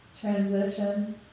Transition